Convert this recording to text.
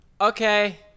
Okay